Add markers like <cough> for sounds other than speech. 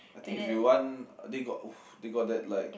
I think if you want they got <noise> they got that like